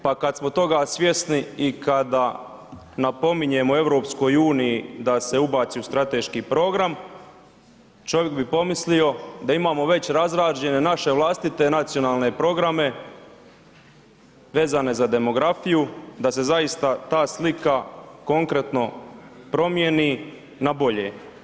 Pa kad smo toga svjesni i kada napominjemo EU da se ubaci u strateški program čovjek bi pomislio da imamo već razrađene naše vlastite nacionalne programe vezane za demografiju da se zaista ta slika konkretno promijeni na bolje.